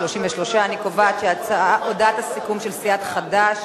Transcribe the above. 33. אני קובעת שהודעת הסיכום של סיעת חד"ש